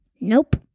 nope